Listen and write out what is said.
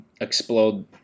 explode